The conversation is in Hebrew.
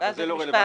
ואז זה משפט.